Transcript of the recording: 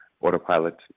autopilot